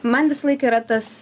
man visą laiką yra tas